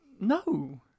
No